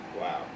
Wow